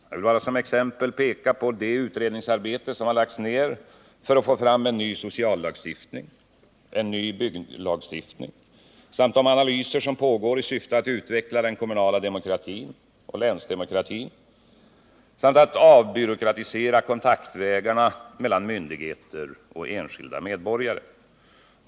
Jag vill bara som exempel peka på det utredningsarbete som lagts ner för att få fram en ny sociallagstiftning och en ny bygglagstiftning samt de analyser som pågår i syfte att utveckla den kommunala demokratin och länsdemokratin samt för att avbyråkratisera kontaktvägarna mellan myndigheter och enskilda medborgare.